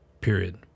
Period